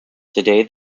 today